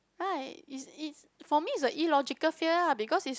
why is is for me it's a illogical fear lah because is